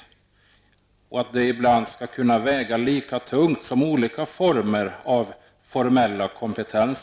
Vi anser att det ibland måste kunna väga lika tungt som olika former av formell kompetens.